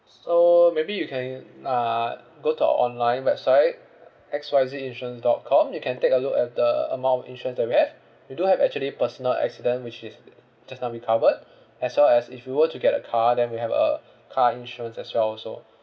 so maybe you can uh go to our online website X Y Z insurance dot com you can take a look at the amount of insurance that we have we do have actually personal accident which is just now we covered as well as if you were to get a car then we have a car insurance as well also